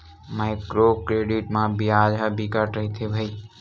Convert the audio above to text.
micro credit म बियाज ह बिकट रहिथे भई